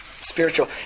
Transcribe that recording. Spiritual